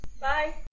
Bye